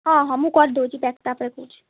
ହଁ ହଁ ମୁଁ କରି ଦେଉଛି ପ୍ୟାକ୍ଟା ଦେଉଛି